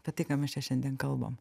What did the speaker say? apie tai ką mes šiandien kalbam